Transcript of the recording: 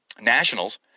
nationals